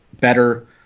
better